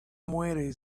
muere